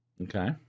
Okay